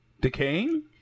decaying